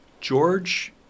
George